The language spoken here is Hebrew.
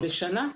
בשנה?